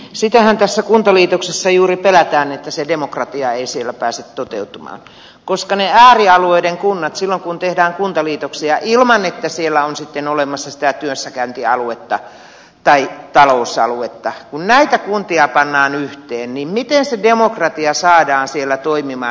sitähän tässä kuntaliitoksessa juuri pelätään että se demokratia ei siellä pääse toteutumaan koska niitä äärialueiden kuntia silloin kun tehdään kuntaliitoksia ilman että siellä on sitten olemassa sitä työssäkäyntialuetta tai talousaluetta kun pannaan yhteen niin miten se demokratia saadaan siellä toimimaan